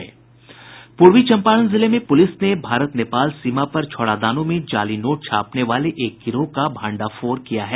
पूर्वी चंपारण जिले में पुलिस ने भारत नेपाल सीमा पर छौड़ादानों में जाली नोट छापने वाले एक गिरोह का भांडाफोड़ किया है